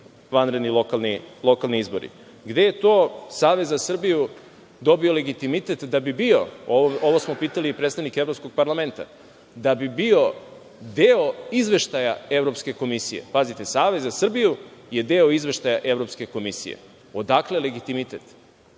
vanredni lokalni izbori. Gde je to Savez za Srbiju dobio legitimitet da bi bio, ovo smo pitali i predstavnike Evropskog parlamenta, da bi bio deo izveštaja Evropske komisije? Pazite, Savez za Srbiju je deo izveštaja Evropske komisije. Odakle legitimitet?